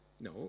no